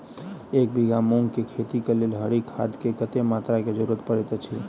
एक बीघा मूंग केँ खेती केँ लेल हरी खाद केँ कत्ते मात्रा केँ जरूरत पड़तै अछि?